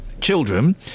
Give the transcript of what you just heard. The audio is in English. children